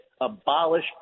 abolish